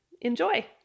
enjoy